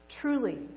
Truly